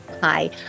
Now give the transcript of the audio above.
Hi